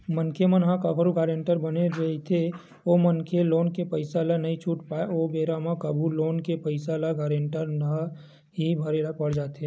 मनखे मन ह कखरो गारेंटर बने रहिथे ओ मनखे लोन के पइसा ल नइ छूट पाय ओ बेरा म कभू लोन के पइसा ल गारेंटर ल ही भरे ल पड़ जाथे